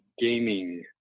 gaming